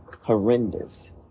horrendous